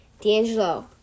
D'Angelo